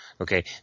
okay